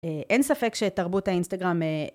אין ספק שתרבות האינסטגרם...